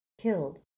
killed